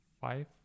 five